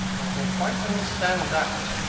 i can quite understand that.